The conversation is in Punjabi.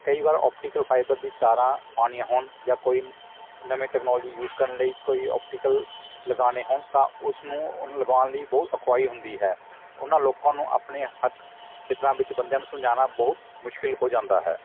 ਕਈ ਵਾਰ ਓਪਟੀਕਲ ਫਾਈਬਰ ਦੀ ਤਾਰਾਂ ਪਾਉਣੀਆਂ ਹੋਣ ਜਾਂ ਕੋਈ ਨਵੀਂ ਤਕਨੌਲਜੀ ਯੂਜ਼ ਕਰਨ ਲਈ ਕੋਈ ਓਪਟੀਕਲ ਲਗਾਉਣੇ ਹੋਣ ਤਾਂ ਉਸ ਨੂੰ ਲਗਾਉਣ ਲਈ ਬਹੁਤ ਅਖੁਆਈ ਹੁੰਦੀ ਹੈ ਉਨ੍ਹਾਂ ਲੋਕਾਂ ਨੂੰ ਆਪਣੇ ਹੱਕ ਹਿੱਤਾਂ ਵਿੱਚ ਬੰਦਿਆਂ ਨੂੰ ਸਮਝਾਉਣਾ ਬਹੁਤ ਮੁਸ਼ਕਿਲ ਹੋ ਜਾਂਦਾ ਹੈ